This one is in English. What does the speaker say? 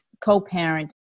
co-parent